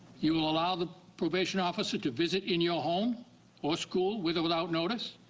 you will allow the probation officer to visit in your home or school with or without notice.